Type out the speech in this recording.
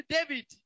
David